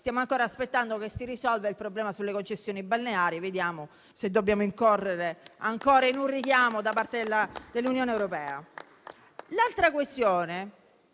stiamo ancora aspettando che si risolva il problema delle concessioni balneari. Vedremo se dovremo incorrere ancora in un richiamo da parte dell'Unione europea.